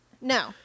no